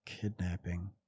kidnapping